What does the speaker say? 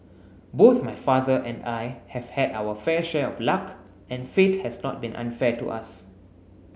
both my father and I have had our fair share of luck and fate has not been unfair to us